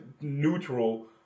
neutral